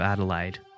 Adelaide